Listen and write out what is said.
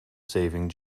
saving